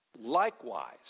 likewise